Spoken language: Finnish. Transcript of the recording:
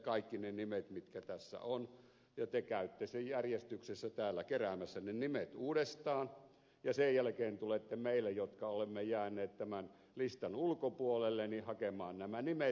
kaikki ne nimet mitkä tässä on ja te käytte järjestyksessä täällä keräämässä ne nimet uudestaan ja sen jälkeen tulette meiltä jotka olemme jääneet tämän listan ulkopuolelle hakemaan nämä nimet